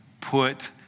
put